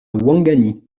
ouangani